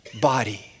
body